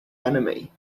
enemy